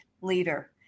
leader